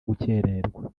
gukererwa